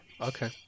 Okay